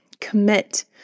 commit